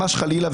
ממש חלילה.